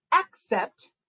accept